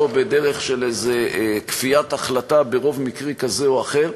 ולא בדרך של איזה כפיית החלטה ברוב מקרי כזה או אחר.